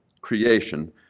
creation